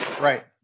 Right